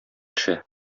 төшә